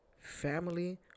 family